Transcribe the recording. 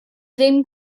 ddim